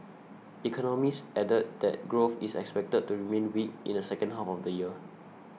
economists added that growth is expected to remain weak in the second half of the year